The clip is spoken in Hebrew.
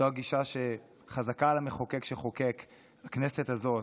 זו הגישה שחזקה על המחוקק, הכנסת הזאת,